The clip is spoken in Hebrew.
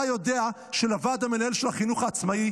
אתה יודע שלוועד המנהל של החינוך העצמאי,